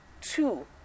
two